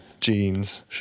Jeans